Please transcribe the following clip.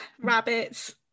rabbits